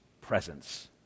presence